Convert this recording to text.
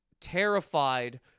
terrified